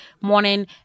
morning